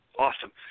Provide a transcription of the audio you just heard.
Awesome